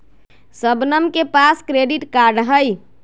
शबनम के पास credit card हई